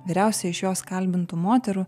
vyriausia iš jos kalbintų moterų